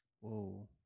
whoa